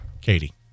Katie